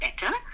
better